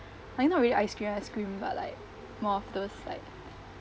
like not really ice cream ice cream but like more of those like